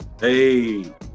Hey